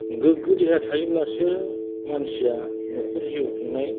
गोग्गो देहा थायोब्लासो मानसिया नखर जिउ खुंनाय